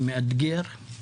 זה מאתגר.